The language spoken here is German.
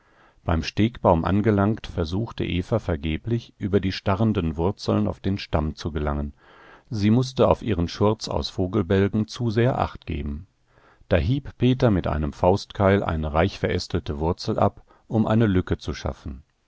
beim stegbaum angelangt versuchte eva vergeblich über die starrenden wurzeln auf den stamm zu gelangen sie mußte auf ihren schurz aus vogelbälgen zu sehr achtgeben da hieb peter mit seinem faustkeil eine reichverästelte wurzel ab um eine lücke zu schaffen